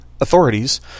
authorities